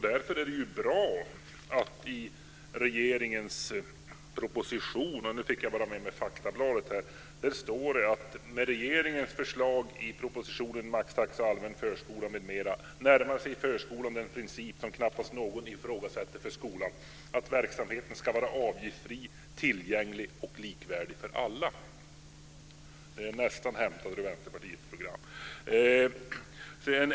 Därför är det bra att det i regeringens proposition, enligt det faktablad jag har med mig, står att med förslaget i propositionen om maxtaxa och allmän förskola m.m. närmar sig förskolan den princip som knappast någon ifrågasätter för skolan, att verksamheten ska vara avgiftsfri, tillgänglig och likvärdig för alla. Det är nästan som hämtat från Vänsterpartiets program.